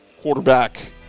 quarterback